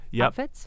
outfits